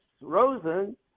Rosen